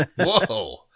Whoa